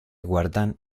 guardan